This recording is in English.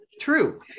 true